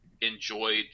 enjoyed